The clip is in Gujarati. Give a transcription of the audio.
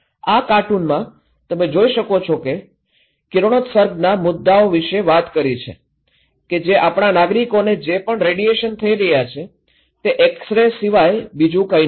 આ કાર્ટૂનમાં તમે જોઈ શકો છો કે કિરણોત્સર્ગના મુદ્દાઓ વિશે વાત કરી છે કે આપણા નાગરિકોને જે પણ રેડિયેશન થઇ રહ્યાં છે તે એક્સ રે સિવાય બીજું કંઈ નથી